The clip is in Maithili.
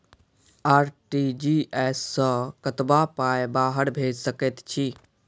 आर.टी.जी.एस सअ कतबा पाय बाहर भेज सकैत छी?